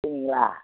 சரிங்களா